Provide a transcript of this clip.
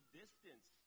distance